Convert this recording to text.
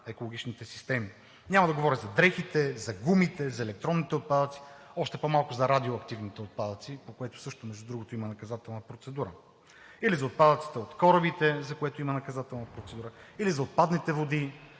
екологичните системи. Няма да говоря за дрехите, за гумите, за електронните отпадъци, още по-малко за радиоактивните, по което също, между другото, има наказателна процедура, или за отпадъците от корабите, за което има наказателна процедура, или за отпадните води